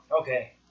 Okay